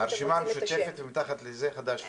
הרשימה המשותפת, ומתחת לזה חד"ש בל"ד.